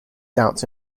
doubts